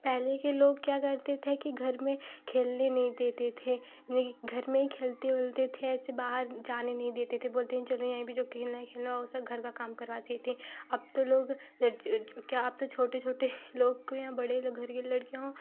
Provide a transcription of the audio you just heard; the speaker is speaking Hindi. पहले के लोग क्या करते थे कि घर में खेलने नहीं देते थे नहीं घर में ही खेलते वेलते थे ऐसे बाहर जाने नहीं देते थे बोलते हैं चलो यहीं पर जो खेलना है खेलो और सब घर का काम करवाते थे अब तो लोग क्या अब तो छोटे छोटे लोग भी हैं बड़े लोग घर की लड़कियाँ